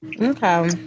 okay